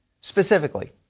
Specifically